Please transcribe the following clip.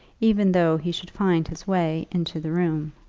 even though he should find his way into the room.